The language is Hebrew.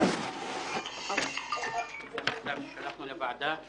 את המכתב ששלחנו לוועדה: